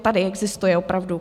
Tady existuje opravdu...